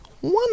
One